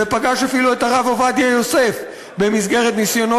ופגש אפילו את הרב עובדיה יוסף במסגרת ניסיונו